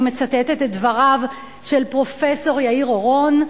אני מצטטת את דבריו של פרופסור יאיר אורון,